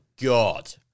God